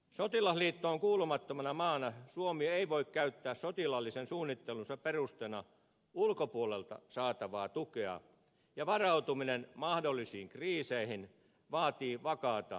sotilasliittoon kuulumattomana maana suomi ei voi käyttää sotilaallisen suunnittelunsa perusteena ulkopuolelta saatavaa tukea ja varautuminen mahdollisiin kriiseihin vaatii vakaata rahoituspohjaa